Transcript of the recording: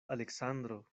aleksandro